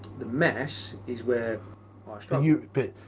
the mass is where i struggle.